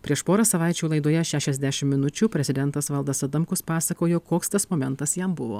prieš porą savaičių laidoje šešiasdešim minučių prezidentas valdas adamkus pasakojo koks tas momentas jam buvo